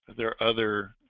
there are other